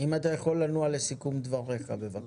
אם אתה יכול לנוע לסיכום דבריך, בבקשה.